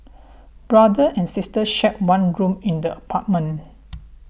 brother and sister shared one room in the apartment